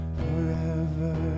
forever